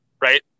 right